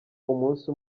umunsi